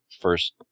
first